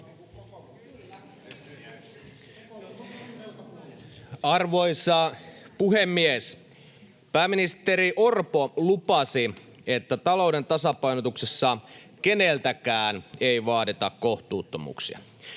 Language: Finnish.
Arvoisa puhemies! Pääministeri Orpo lupasi, että talouden tasapainotuksessa keneltäkään ei vaadita kohtuuttomuuksia.